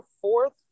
fourth